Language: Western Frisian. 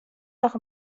noch